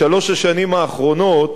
בשלוש השנים האחרונות,